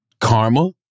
karma